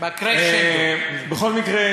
בכל מקרה,